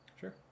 Sure